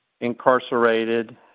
incarcerated